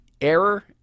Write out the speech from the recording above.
error